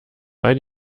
weil